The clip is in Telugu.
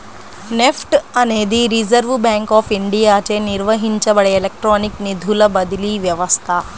నెఫ్ట్ అనేది రిజర్వ్ బ్యాంక్ ఆఫ్ ఇండియాచే నిర్వహించబడే ఎలక్ట్రానిక్ నిధుల బదిలీ వ్యవస్థ